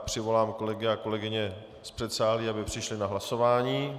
Přivolám kolegy a kolegyně z předsálí, aby přišli na hlasování.